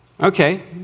Okay